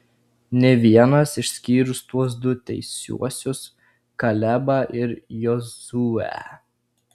nė vienas išskyrus tuos du teisiuosius kalebą ir jozuę